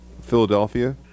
Philadelphia